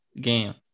game